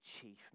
chief